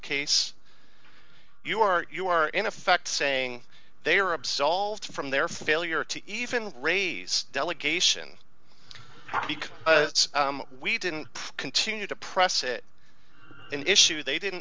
case you are you are in effect saying they are absolved from their failure to even raise delegation because we didn't continue to press it an issue they didn't